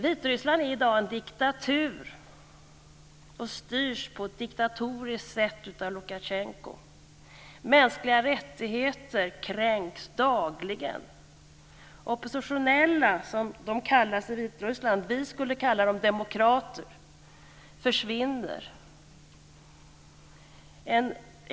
Vitryssland är i dag en diktatur och styrs på ett diktatoriskt sätt av Lukasjenko. Mänskliga rättigheter kränks dagligen. Oppositionella, som de kallas i Vitryssland, vi skulle kalla dem demokrater, försvinner.